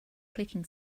clicking